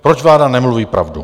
Proč vláda nemluví pravdu?